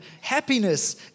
Happiness